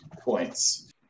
points